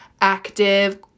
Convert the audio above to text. active